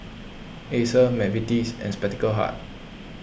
Acer Mcvitie's and Spectacle Hut